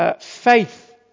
faith